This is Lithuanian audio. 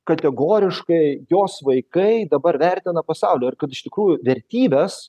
kategoriškai jos vaikai dabar vertina pasaulį ir kad iš tikrųjų vertybės